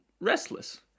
restless